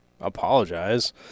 apologize